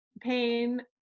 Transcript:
pain